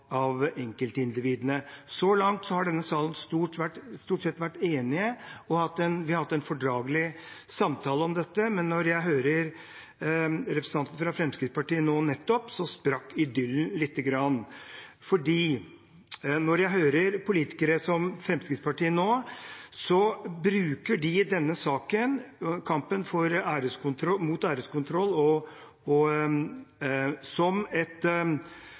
enkeltindividene. Så langt har vi i denne sal stort sett vært enige, og vi har hatt en fordragelig samtale om dette. Men da jeg nå nettopp hørte representanten fra Fremskrittspartiet, sprakk idyllen lite grann, for jeg hører nå at politikere, som fra Fremskrittspartiet, bruker denne saken om kamp mot æreskontroll som et